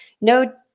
No